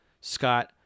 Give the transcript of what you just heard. Scott